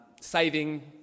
saving